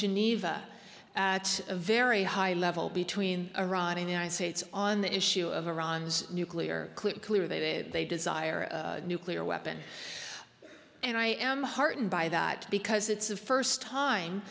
geneva at a very high level between iran and the united states on the issue of iran's nuclear clear clear they they desire a nuclear weapon and i am heartened by that because it's the first time